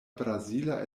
brazila